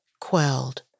quelled